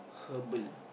herbal